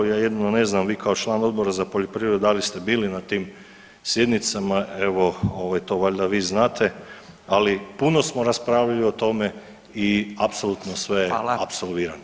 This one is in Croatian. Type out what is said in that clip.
Ja jedino ne znam vi kao član Odbora za poljoprivredu da li ste bili na tim sjednicama, evo ovaj to valjda vi znate, ali puno smo raspravljali o tome i apsolutno sve je apsolvirano.